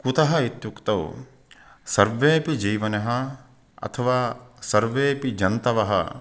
कुतः इत्युक्तौ सर्वेपि जीवनः अथवा सर्वेपि जन्तवः